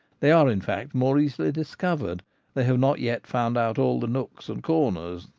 they are, in fact, more easily discovered they have not yet found out all the nooks and corners,